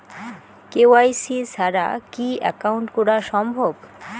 KYC ছাড়া কি account করা সম্ভব?